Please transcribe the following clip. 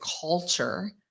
culture